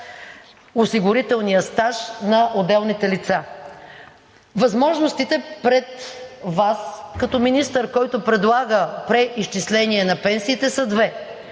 осигурителния стаж на отделните лица. Възможностите пред Вас като министър, който предлага преизчисление на пенсиите, са две: